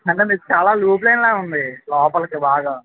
అంటే మీకు చాలా లుప్లైన్లా ఉంది లోపలకి బాగా